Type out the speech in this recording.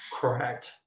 Correct